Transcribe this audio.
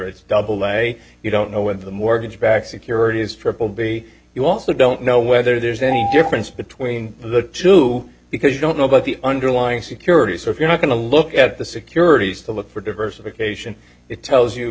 it's double way you don't know when the mortgage backed securities triple b you also don't know whether there's any difference between the two because you don't know about the underlying securities so if you're not going to look at the securities to look for diversification it tells you